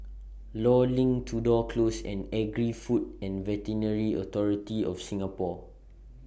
law LINK Tudor Close and Agri Food and Veterinary Authority of Singapore